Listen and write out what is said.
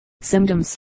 Symptoms